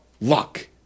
luck